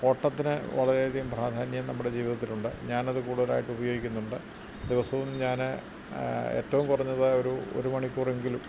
ഓട്ടത്തിന് വളരെ അധികം പ്രധാന്യം നമ്മുടെ ജീവിതത്തിലുണ്ട് ഞാൻ അത് കൂടുതലായിട്ടും ഉപയോഗിക്കുന്നുണ്ട് ദിവസവും ഞാൻ ഏറ്റവും കുറഞ്ഞത് ഒരു ഒരു മണിക്കൂറെങ്കിലും